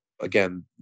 again